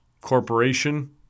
Corporation